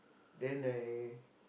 then I